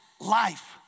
life